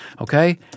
okay